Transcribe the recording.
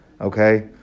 Okay